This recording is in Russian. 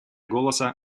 голоса